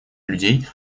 людей